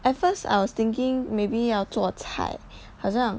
at first I was thinking maybe 要做菜好像